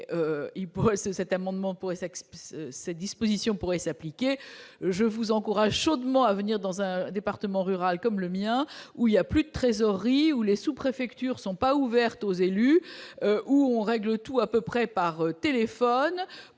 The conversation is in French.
cette disposition pourrait s'appliquer, je l'encourage chaudement à venir dans un département rural comme le mien, où il n'y a plus de trésorerie, où les sous-préfectures ne sont pas ouvertes aux élus, où on règle à peu près tout par téléphone